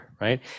right